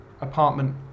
apartment